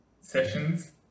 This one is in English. sessions